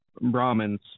Brahmins